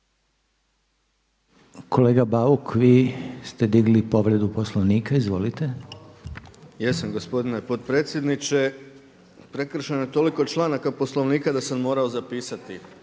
Kolega Bauk vi ste digli povredu Poslovnika. Izvolite. **Bauk, Arsen (SDP)** Jesam gospodine potpredsjedniče. Prekršeno je toliko članaka Poslovnika da sam morao zapisati.